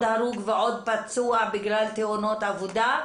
הרוג ועוד פצוע בגלל תאונות עבודה.